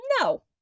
No